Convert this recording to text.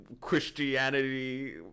christianity